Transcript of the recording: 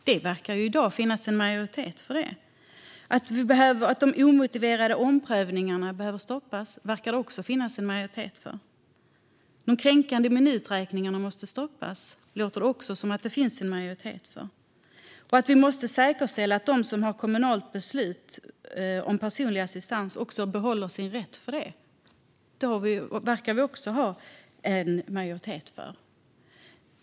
Det verkar också finnas en majoritet för att de omotiverade omprövningarna och kränkande minuträkningarna måste stoppas. Det verkar även finnas en majoritet för att det måste säkerställas att de som har ett kommunalt beslut om personlig assistans behåller den rätten.